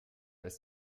als